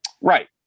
Right